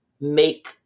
make